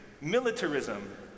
militarism